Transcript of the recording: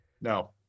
No